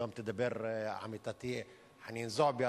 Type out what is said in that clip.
היום תדבר עמיתתי חנין זועבי,